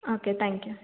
okay thank you